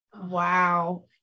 Wow